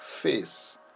face